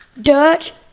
dirt